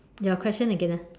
your question again ah